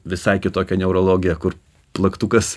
visai kitokią neurologiją kur plaktukas